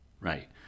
Right